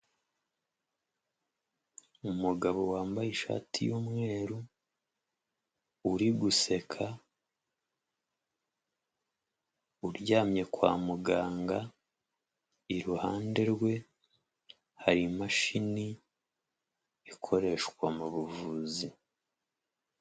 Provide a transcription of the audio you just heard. Umugabo wambaye ishati y'umweru uri guseka, uryamye kwa muganga, iruhande rwe hari imashini ikoreshwa mu buvuzi.